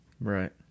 Right